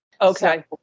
Okay